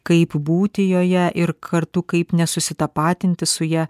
kaip būti joje ir kartu kaip nesusitapatinti su ja